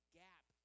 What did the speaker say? gap